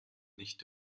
nicht